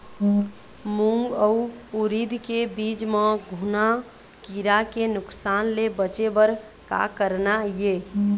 मूंग अउ उरीद के बीज म घुना किरा के नुकसान ले बचे बर का करना ये?